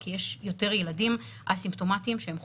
כי יש יותר ילדים אסימפטומטיים שהם חולים.